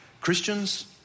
Christians